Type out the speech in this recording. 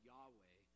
Yahweh